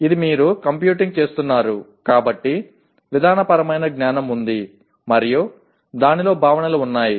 ఇక్కడ మీరు కంప్యూటింగ్ చేస్తున్నారు కాబట్టి విధానపరమైన జ్ఞానం ఉంది మరియు దానిలో భావనలు ఉన్నాయి